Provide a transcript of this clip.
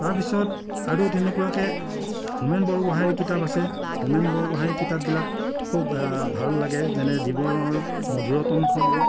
তাৰপিছত আৰু তেনেকুৱাকে হোমেন বৰগোহাঁইৰ কিতাপ আছে হোমেন বৰগোহাঁইৰ কিতাপবিলাক খুব ভাল লাগে যেনে জীৱনৰ মধুৰতম সময়